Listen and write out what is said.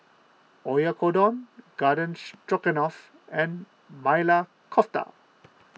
Oyakodon Garden Stroganoff and Maili Kofta